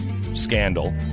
scandal